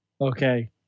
okay